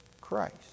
Christ